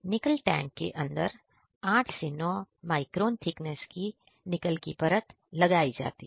निकल टैंक के अंदर 8 से 9 माइक्रोन थिकनेस की निकल परत लगाई जाती है